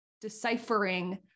deciphering